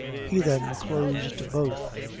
he then closed both,